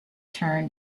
turn